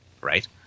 right